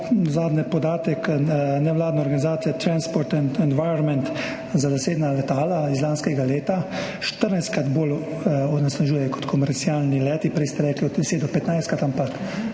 zadnji podatek nevladne organizacije Transport & Environment za zasebna letala iz lanskega leta, 14-krat bolj onesnažujejo kot komercialni leti, prej ste rekli od 10- do 15-krat, ampak